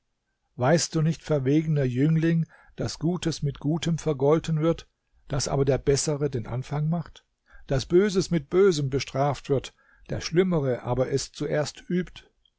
weißt du nicht verwegener jüngling daß gutes mit gutem vergolten wird daß aber der bessere den anfang macht daß böses mit bösem bestraft wird der schlimmere aber es zuerst übt